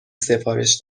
سفارش